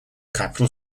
capital